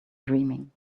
dreaming